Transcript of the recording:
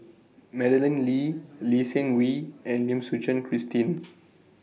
Madeleine Lee Lee Seng Wee and Lim Suchen Christine